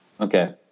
Okay